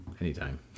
anytime